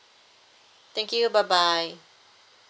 thank you bye bye